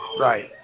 Right